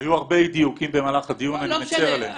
היו הרבה אי דיוקים במהלך הדיון, אני מצר עליהם.